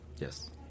Yes